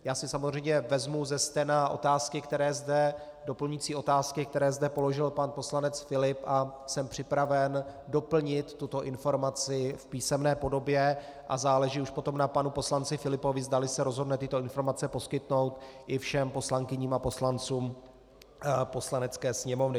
Já si samozřejmě vezmu ze stena doplňující otázky, které zde položil pan poslanec Filip, a jsem připraven doplnit tuto informaci v písemné podobě a záleží už potom na panu poslanci Filipovi, zdali se rozhodne tyto informace poskytnout i všem poslankyním a poslancům Poslanecké sněmovny.